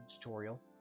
tutorial